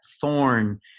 thorn